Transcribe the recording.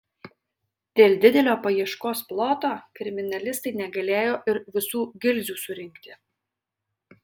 dėl didelio paieškos ploto kriminalistai negalėjo ir visų gilzių surinkti